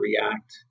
React